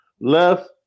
left